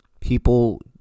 People